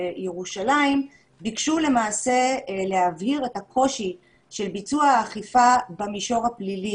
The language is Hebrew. בירושלים ביקשו למעשה להבהיר את הקושי של ביצוע האכיפה במישור הפלילי